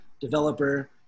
developer